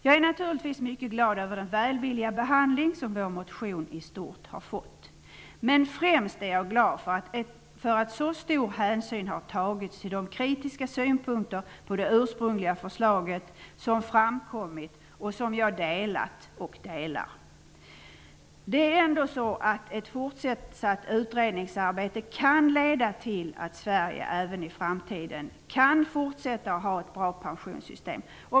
Jag är naturligtvis mycket glad över den välvilliga behandling som vår motion i stort har fått, men främst är jag glad för att så stor hänsyn har tagits till de kritiska synpunkter på det ursprungliga förslaget som framkommit och som jag delat och delar. Ett fortsatt utredningsarbete kan leda till att Sverige även i framtiden kan ha ett bra pensionssystem.